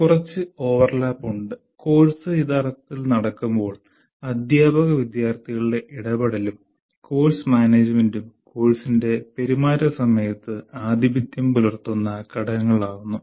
കുറച്ച് ഓവർലാപ്പ് ഉണ്ട് കോഴ്സ് യഥാർത്ഥത്തിൽ നടക്കുമ്പോൾ അധ്യാപക വിദ്യാർത്ഥികളുടെ ഇടപെടലും കോഴ്സ് മാനേജുമെന്റും കോഴ്സിന്റെ പെരുമാറ്റ സമയത്ത് ആധിപത്യം പുലർത്തുന്ന ഘടകങ്ങളാകുന്നു